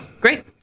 Great